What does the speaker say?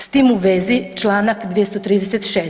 S tim u vezi čl. 236.